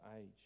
age